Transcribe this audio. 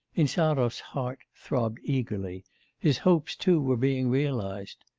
insarov's heart throbbed eagerly his hopes too were being realised.